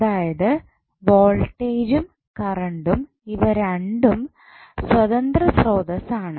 അതായത് വോൾട്ടേജും കറണ്ടും ഇവ രണ്ടും സ്വതന്ത്ര സ്രോതസ്സ് ആണ്